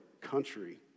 country